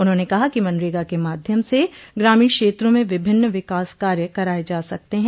उन्होंने कहा कि मनरेगा के माध्यम से ग्रामीण क्षेत्रों में विभिन्न विकास कार्य कराये जा सकते हैं